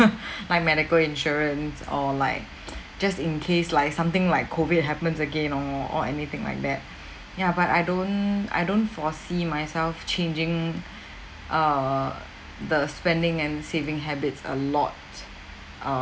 buy medical insurance or like just in case like something like COVID happens again or or anything like that yeah but I don't I don't foresee myself changing err the spending and saving habits a lot um